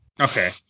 okay